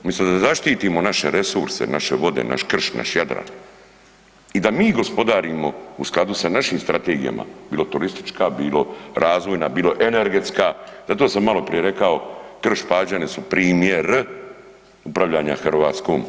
Umjesto da zaštitimo naše resurse, naše vode, naš krš, naš Jadran i da mi gospodarimo u skladu sa našim strategijama, bilo turistička, bilo razvojna, bilo energetska, zato sam malo prije rekao Krš-Pađene su primjer upravljanja Hrvatskom.